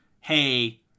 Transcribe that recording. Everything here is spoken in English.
hey